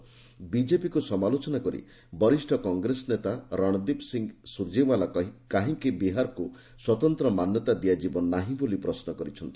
ବିକେପିକୁ ସମାଲୋଚନା କରି ବରିଷ କଂଗ୍ରେସ ନେତା ରଣଦୀପ୍ ସିଂହ ସ୍ୱର୍ଯ୍ୟେଓ୍ବାଲା କାହିଁକି ବିହାରକୁ ସ୍ୱତନ୍ତ୍ର ମାନ୍ୟତା ଦିଆଯିବ ନାହିଁ ବୋଲି ପ୍ରଶ୍ନ କରିଛନ୍ତି